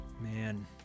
man